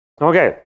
Okay